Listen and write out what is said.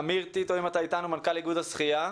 אמיר טיטו, מנכ"ל איגוד השחייה.